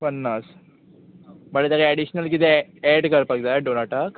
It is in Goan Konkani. पन्नास म्हळ्यार ताका एडिशनल किदें एड करपाक जाय डोनाटाक